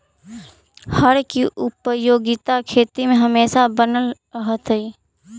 हर के उपयोगिता खेती में हमेशा बनल रहतइ